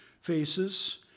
faces